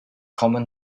common